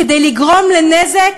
כדי לגרום נזק